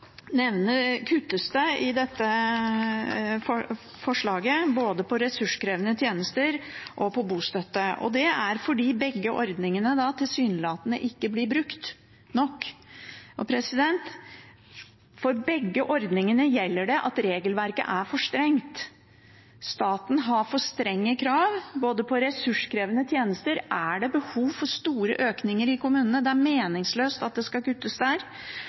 kuttes det i dette forslaget både på ressurskrevende tjenester og på bostøtte. Det er fordi begge ordningene tilsynelatende ikke blir brukt nok. For begge ordningene gjelder det at regelverket er for strengt. Staten har for strenge krav. For ressurskrevende tjenester er det behov for store økninger i kommunene. Det er meningsløst at det skal kuttes der.